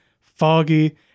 foggy